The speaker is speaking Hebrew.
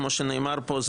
כמו שנאמר פה,